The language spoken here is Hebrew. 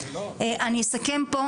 אני אסכם פה,